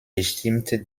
bestimmt